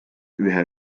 ühe